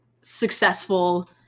successful